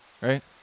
right